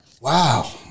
wow